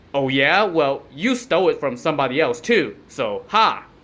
oh yeah? well, you stole it from somebody else, too. so ha!